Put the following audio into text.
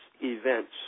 events